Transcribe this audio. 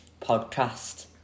Podcast